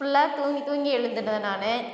ஃபுல்லா தூங்கி தூங்கி எழுந்துடுவேன் நான்